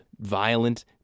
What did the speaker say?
Violent